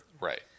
Right